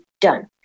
Done